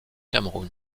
cameroun